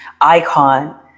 icon